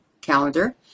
calendar